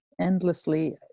endlessly